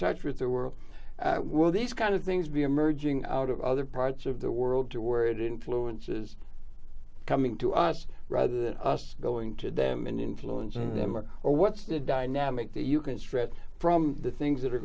touch with the world will these kind of things be emerging out of other parts of the world to where it influences coming to us rather than us going to them in influencing them or or what's the dynamic that you can stretch from the things that are